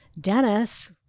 Dennis